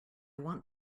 want